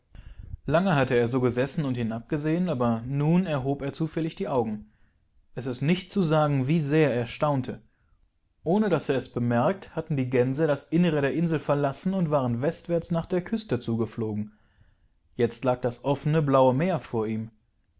lange hatte er so gesessen und hinabgesehen aber nun erhob er zufällig die augen es ist nicht zu sagen wie sehr er staunte ohne daß er es bemerkt hattendiegänsedasinnerederinselverlassenundwarenwestwärtsnachder küste zugeflogen jetzt lag das offene blaue meer vor ihm